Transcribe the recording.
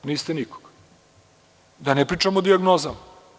Niste nikoga, da ne pričam o dijagnozama.